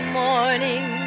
morning